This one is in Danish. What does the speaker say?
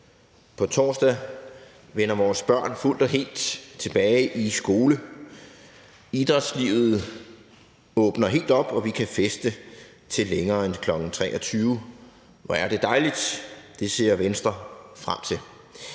På torsdag vender vores børn fuldt og helt tilbage i skole, idrætslivet åbner helt op, og vi kan feste til længere end kl. 23.00. Hvor er det dejligt! Det ser Venstre frem til.